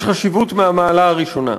יש חשיבות מהמעלה הראשונה.